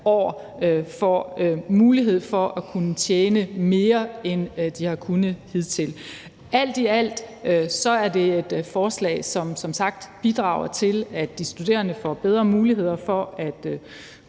år får mulighed for at tjene mere, end de har kunnet hidtil. Alt i alt er det et forslag, der som sagt bidrager til, at de studerende får bedre muligheder for at